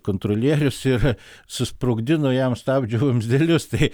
kontrolierius ir susprogdino jam stabdžių vamzdelius tai